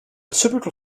typical